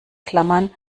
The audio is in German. klammern